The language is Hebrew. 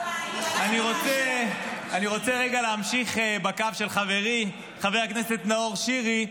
אני רוצה רגע להמשיך בקו של חברי חבר הכנסת נאור שירי,